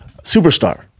superstar